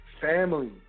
family